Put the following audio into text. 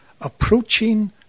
approaching